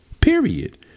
period